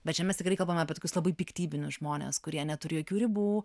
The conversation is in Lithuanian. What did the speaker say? bet čia mes tikrai kalbam apie tokius labai piktybinius žmones kurie neturi jokių ribų